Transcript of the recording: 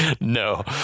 no